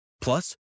Plus